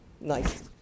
nice